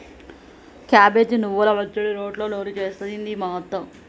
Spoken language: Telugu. క్యాబేజి నువ్వల పచ్చడి రోట్లో నూరి చేస్తది మా అత్త